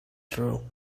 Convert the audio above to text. true